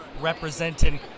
representing